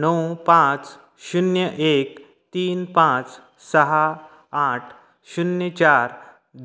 णव पांच शुन्य एक तीन पांच साहा आठ शुन्य चार